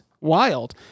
wild